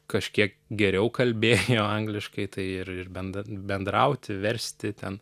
kažkiek geriau kalbėjo angliškai tai ir ir bend bendrauti versti ten